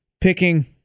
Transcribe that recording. picking